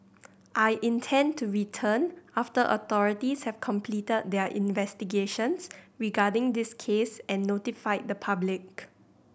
I intend to return after authorities have completed their investigations regarding this case and notified the public